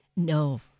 No